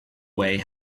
way